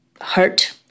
hurt